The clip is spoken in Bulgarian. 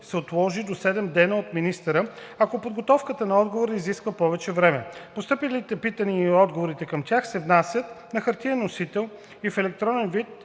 се отложи до седем дни от министъра, ако подготовката на отговора изисква повече време. Постъпилите питания и отговорите към тях се внасят на хартиен носител и в електронен вид